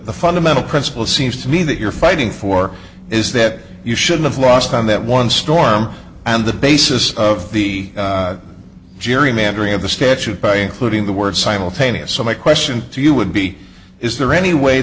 the fundamental principle seems to me that you're fighting for is that you should have lost on that one storm and the basis of the gerrymandering of the statute by including the word simultaneous so my question to you would be is there any way